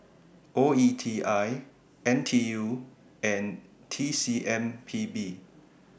O E T I N T U and T C M P B